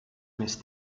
més